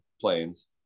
planes